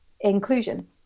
inclusion